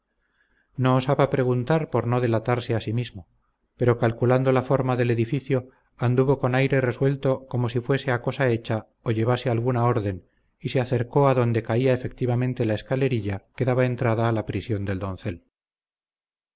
no osaba preguntar por no delatarse a sí mismo pero calculando la forma del edificio anduvo con aire resuelto como si fuese a cosa hecha o llevase alguna orden y se acercó adonde caía efectivamente la escalerilla que daba entrada a la prisión del doncel